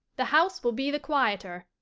the house will be the quieter.